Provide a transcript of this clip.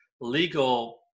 legal